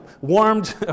warmed